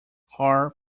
car